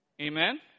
Amen